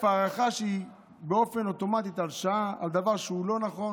הארכה שהיא באופן אוטומטי על דבר שהוא לא נכון,